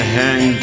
hang